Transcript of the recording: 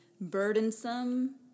burdensome